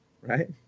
right